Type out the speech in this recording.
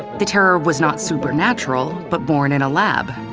the terror was not supernatural, but born in a lab.